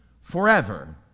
forever